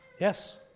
yes